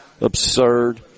absurd